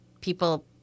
people